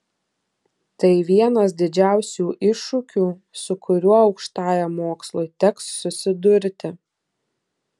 tai vienas didžiausių iššūkių su kuriuo aukštajam mokslui teks susidurti